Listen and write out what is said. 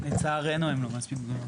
לצערנו הן לא מספיק גדולות.